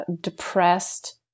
depressed